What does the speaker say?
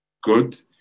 good